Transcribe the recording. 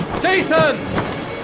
Jason